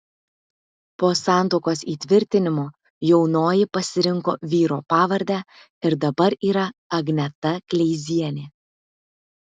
po santuokos įtvirtinimo jaunoji pasirinko vyro pavardę ir dabar yra agneta kleizienė